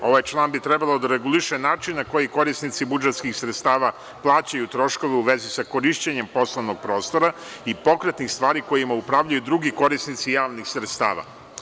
Ovaj član bi trebalo da reguliše način na koji korisnici budžetskih sredstava plaćaju troškove u vezi sa korišćenjem poslovnog prostora i pokretnih stvari kojima upravljaju drugi korisnici javnih sredstava.